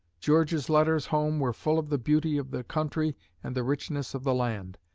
george's letters home were full of the beauty of the country and the richness of the land.